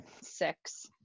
Six